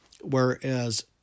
Whereas